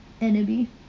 Enemy